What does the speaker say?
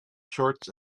shorts